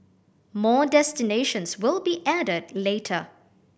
more destinations will be added later